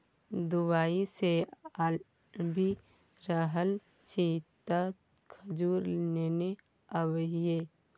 Dubai सँ आबि रहल छी तँ खजूर नेने आबिहे